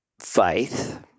faith